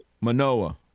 Manoa